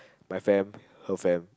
my fan her fan